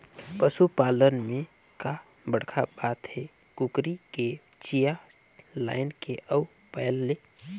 पसू पालन में का बड़खा बात हे, कुकरी के चिया लायन ले अउ पायल ले